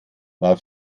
war